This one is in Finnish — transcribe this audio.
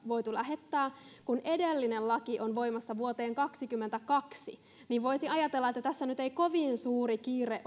voitu laittaa tätä lausuntokierrosta kun edellinen laki on voimassa vuoteen kaksikymmentäkaksi niin voisi ajatella että tässä ei ole ollut kovin suuri kiire